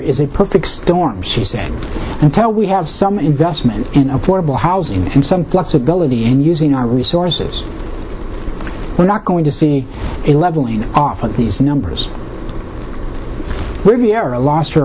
is a perfect storm she said until we have some investment in affordable housing and some flexibility in using our resources we're not going to see a leveling off of these numbers riviera lost her